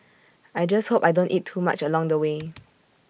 I just hope I don't eat too much along the way